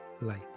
light